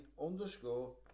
underscore